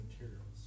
materials